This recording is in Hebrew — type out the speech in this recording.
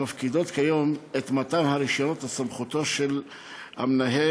המפקידים כיום את מתן הרישיונות לסמכותו של המנהל,